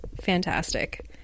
fantastic